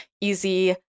easy